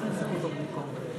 למה צריך אי-אמון?